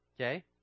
Okay